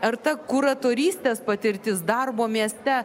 ar ta kuratoristės patirtis darbo mieste